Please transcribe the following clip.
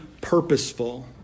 purposeful